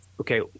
okay